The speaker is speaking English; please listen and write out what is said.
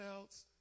else